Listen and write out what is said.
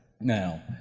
now